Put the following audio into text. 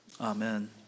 Amen